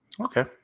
Okay